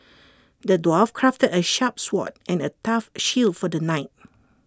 the dwarf crafted A sharp sword and A tough shield for the knight